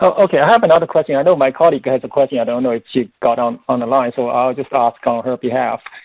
ah okay i have another question. i know my colleague has a question. i don't know if she got on on the line. so i'll just ask on her behalf.